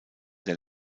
der